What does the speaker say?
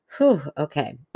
Okay